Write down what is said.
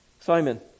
Simon